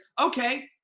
okay